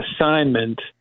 assignment